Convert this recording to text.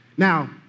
Now